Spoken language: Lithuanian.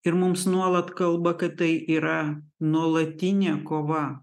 ir mums nuolat kalba kad tai yra nuolatinė kova